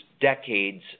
decades